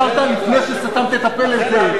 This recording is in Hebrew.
פעם אחת הסברת לפני שסתמת את הפה לזאב.